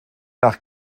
nach